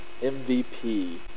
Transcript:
MVP